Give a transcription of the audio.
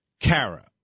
Kara